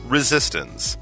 Resistance